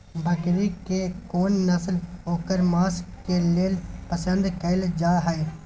बकरी के कोन नस्ल ओकर मांस के लेल पसंद कैल जाय हय?